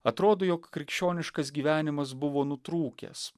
atrodo jog krikščioniškas gyvenimas buvo nutrūkęs